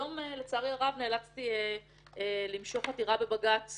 היום לצערי הרב נאלצתי למשוך עתירה בבג"ץ